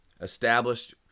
established